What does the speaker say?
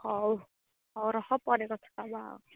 ହଉ ହଉ ରହ ପରେ କଥା ହେବା ଆଉ